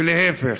ולהפך.